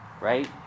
right